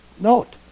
note